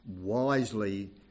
wisely